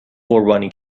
قربانی